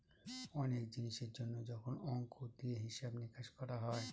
অনেক জিনিসের জন্য যখন অংক দিয়ে হিসাব নিকাশ করা হয়